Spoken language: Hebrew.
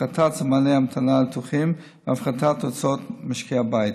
הפחתת זמני המתנה לניתוחים והפחתת הוצאות משקי הבית.